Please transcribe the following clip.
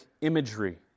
imagery